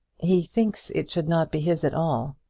he thinks it should not be his at all.